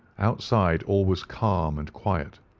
outside all was calm and quiet.